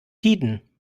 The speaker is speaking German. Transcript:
tiden